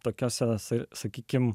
tokias salas ir sakykime